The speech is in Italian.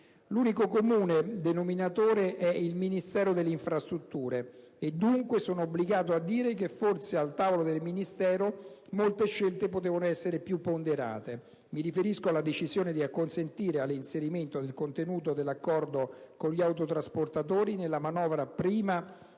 L'unico comun denominatore è il Ministero delle infrastrutture e dei trasporti e dunque sono obbligato a dire che forse al tavolo del Dicastero molte scelte potevano essere più ponderate. Mi riferisco alla decisione di acconsentire all'inserimento del contenuto dell'accordo con gli autotrasportatori prima nella manovra e